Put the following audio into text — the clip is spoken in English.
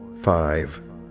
five